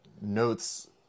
Notes